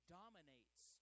dominates